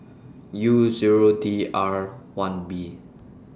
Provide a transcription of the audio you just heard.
U Zero D R one B